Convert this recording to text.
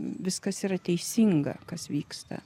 viskas yra teisinga kas vyksta